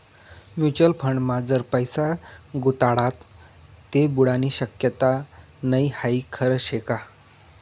Mutual फंडमा जर पैसा गुताडात ते बुडानी शक्यता नै हाई खरं शेका?